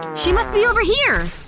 she must be over here